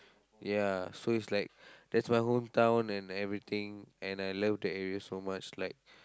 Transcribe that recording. ya so it's like that's my hometown and everything and I love the area so much like